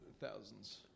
thousands